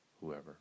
whoever